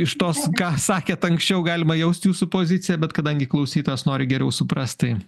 iš tos ką sakėt anksčiau galima jaust jūsų poziciją bet kadangi klausytojas nori geriau suprast tai